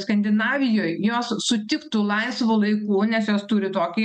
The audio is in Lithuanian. skandinavijoj jos sutiktų laisvu laiku nes jos turi tokį